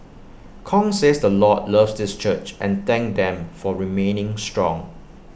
Kong says the Lord loves this church and thanked them for remaining strong